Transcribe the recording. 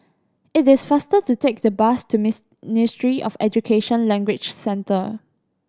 it is faster to take the bus to of Education Language Centre